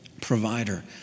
provider